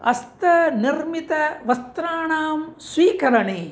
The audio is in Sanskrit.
अस्य निर्मितवस्त्राणां स्वीकरणे